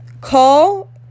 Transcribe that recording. call